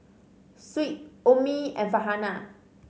Shuib Ummi and Farhanah